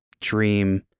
dream